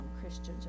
Christians